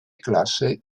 classe